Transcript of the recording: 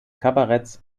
kabaretts